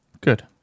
good